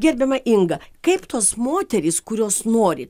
gerbiama inga kaip tos moterys kurios nori